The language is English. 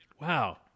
Wow